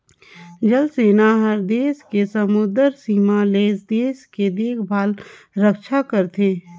जल सेना हर देस के समुदरर सीमा ले देश के देखभाल रक्छा करथे